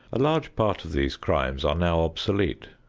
a large part of these crimes are now obsolete.